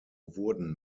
wurden